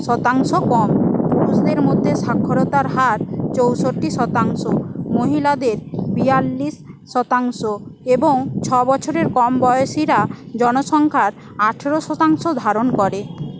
শতাংশ কম পুরুষদের মধ্যে সাক্ষরতার হার চৌষট্টি শতাংশ মহিলাদের বিয়াল্লিশ শতাংশ এবং ছ বছরের কম বয়সীরা জনসংখ্যার আঠেরো শতাংশ ধারণ করে